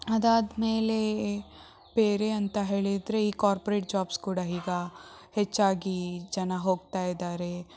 ಅದಾದ ಮೇಲೆ ಬೇರೆ ಅಂತ ಹೇಳಿದರೆ ಈ ಕಾರ್ಪೊರೇಟ್ ಜಾಬ್ಸ್ ಕೂಡ ಈಗ ಹೆಚ್ಚಾಗಿ ಜನ ಹೋಗ್ತಾ ಇದ್ದಾರೆ